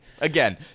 Again